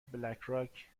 بلکراک